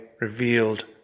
revealed